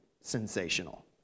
sensational